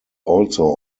also